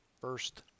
first